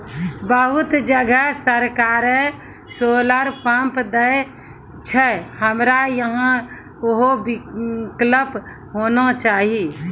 बहुत जगह सरकारे सोलर पम्प देय छैय, हमरा यहाँ उहो विकल्प होना चाहिए?